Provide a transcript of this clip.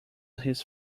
his